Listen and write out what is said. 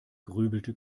grübelte